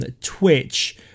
Twitch